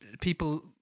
people